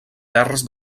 terres